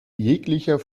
jeglicher